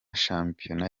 shampiyona